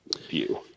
view